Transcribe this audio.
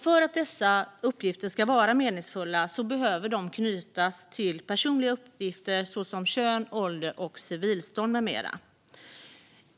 För att dessa uppgifter ska vara meningsfulla behöver de knytas till personliga uppgifter såsom kön, ålder, civilstånd med mera.